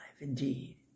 indeed